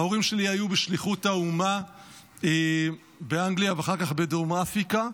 ההורים שלי היו בשליחות האומה באנגליה ואחר כך בדרום אפריקה,